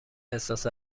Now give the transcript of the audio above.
احساس